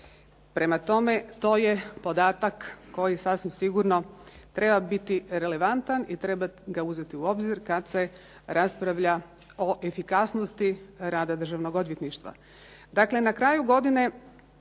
Prema tome, to je podatak koji sasvim sigurno treba biti relevantan i treba ga uzeti u obzir kad se raspravlja o efikasnosti rada Državnog odvjetništva.